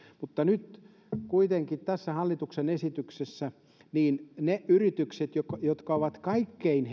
nyt kuitenkin tässä hallituksen esityksessä ne yritykset jotka jotka ovat kaikkein